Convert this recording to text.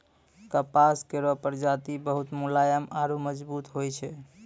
कपास केरो प्रजाति बहुत मुलायम आरु मजबूत होय छै